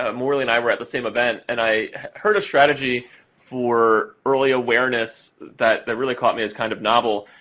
ah morralee and i were at the same event. and i heard a strategy for early awareness that that really caught me as kind of novel.